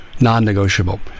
Non-negotiable